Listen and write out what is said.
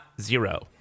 zero